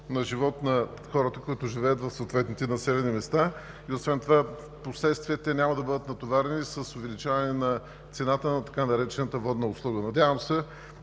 на живот на хората, които живеят в съответните населени места. Освен това в последствие те няма да бъдат натоварени с увеличаване на цената на така наречената „водна услуга“. Надявам се,